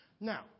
Now